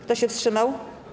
Kto się wstrzymał?